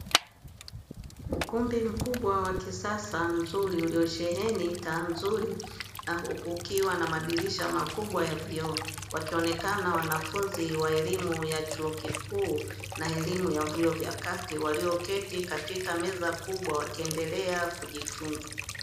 Ukumbi mkubwa wa kisasa uliosheheni taa nzuri ukiwa na madirisha makubwa ya vioo, wakionekana wanafunzi wa elimu ya chuo kikuu na elimu ya vyuo vya kati, walioketi katika meza kubwa wakiendelea kujifunza.